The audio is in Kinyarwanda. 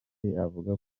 avuga